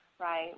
right